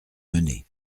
mené